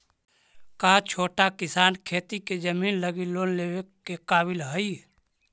का छोटा किसान खेती के जमीन लगी लोन लेवे के काबिल हई?